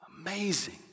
Amazing